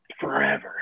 forever